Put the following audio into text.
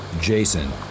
Jason